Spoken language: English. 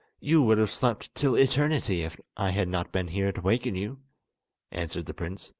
you would have slept till eternity if i had not been here to waken you answered the prince.